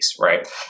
right